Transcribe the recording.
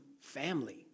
family